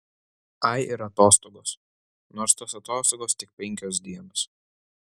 ai ir atostogos nors tos atostogos tik penkios dienos